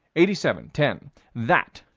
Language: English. eighty seven ten that,